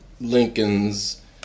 Lincolns